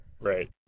Right